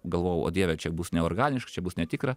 galvojau o dieve čia bus neorganiška čia bus netikra